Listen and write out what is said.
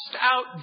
out